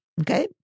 Okay